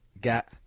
get